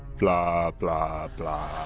blah, blah, blah.